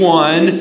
one